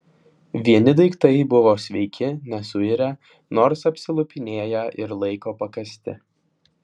vieni daiktai buvo sveiki nesuirę nors apsilupinėję ir laiko pakąsti